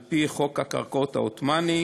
על-פי חוק הקרקעות העות'מאני,